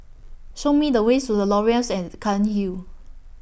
Show Me The ways to The Laurels At Cairnhill